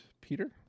Peter